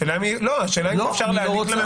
לא, השאלה אם אפשר להעניק לממונה